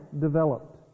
developed